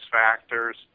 factors